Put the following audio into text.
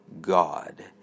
God